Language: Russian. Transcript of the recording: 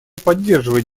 поддерживает